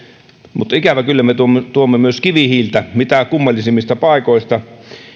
mutta ikävä kyllä me tuomme tuomme myös kivihiiltä mitä kummallisimmista paikoista